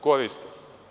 koriste?